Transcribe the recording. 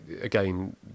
again